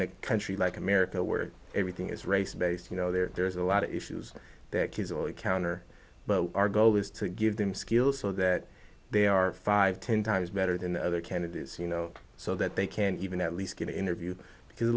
a country like america where everything is race based you know there's a lot of issues that kids will encounter but our goal is to give them skills so that they are five ten times better than the other candidates you know so that they can even at least get an interview because a